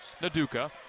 Naduka